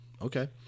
Okay